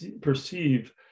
perceive